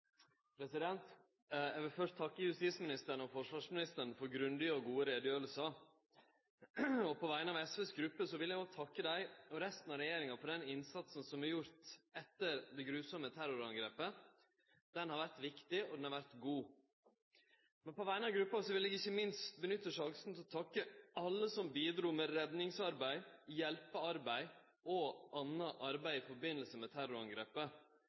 Eg vil først takke justisministeren og forsvarsministeren for gode og grundige utgreiingar. På vegner av SVs gruppe vil eg òg takke dei og resten av regjeringa for den innsatsen som er gjord etter det forferdelege terrorangrepet. Han har vore viktig, og han har vore god. Men på vegner av gruppa vil eg ikkje minst nytte høvet til å takke alle som bidrog med redningsarbeid, hjelpearbeid og anna arbeid i samband med terrorangrepet